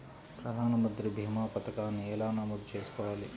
ప్రధాన మంత్రి భీమా పతకాన్ని ఎలా నమోదు చేసుకోవాలి?